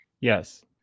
Yes